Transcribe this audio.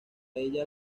ella